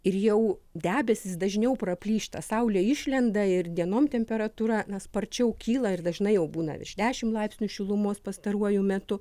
ir jau debesys dažniau praplyšta saulė išlenda ir dienom temperatūra na sparčiau kyla ir dažnai jau būna virš dešim laipsnių šilumos pastaruoju metu